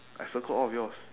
I circled all of yours